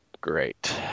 Great